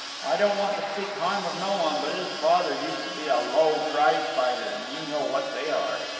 i don't want to speak harm of no one, but his father used to be a low prize-fighter, and you know what they are.